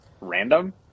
random